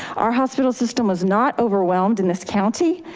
our hospital system was not overwhelmed in this county.